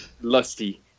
lusty